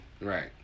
Right